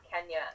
kenya